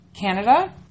Canada